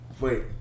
Wait